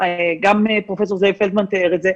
גם פרופ' זאב פלדמן תיאר את זה,